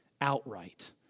outright